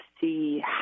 see